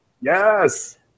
yes